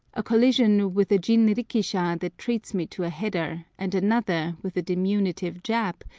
a collision with a jinrikisha that treats me to a header, and another with a diminutive jap,